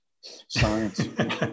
science